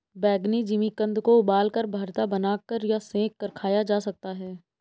बैंगनी जिमीकंद को उबालकर, भरता बनाकर या सेंक कर खाया जा सकता है